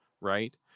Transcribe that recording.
Right